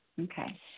Okay